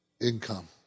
income